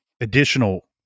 additional